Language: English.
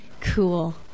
Cool